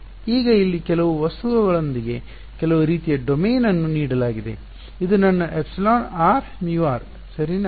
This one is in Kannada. ಈಗ ಇಲ್ಲಿ ಕೆಲವು ವಸ್ತುವಿನೊಂದಿಗೆ ಕೆಲವು ರೀತಿಯ ಡೊಮೇನ್ ಅನ್ನು ನೀಡಲಾಗಿದೆ ಇದು ನನ್ನ εr μr ಸರಿನಾ